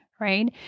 Right